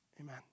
Amen